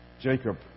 Jacob